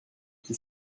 qui